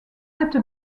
cette